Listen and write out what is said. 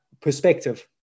perspective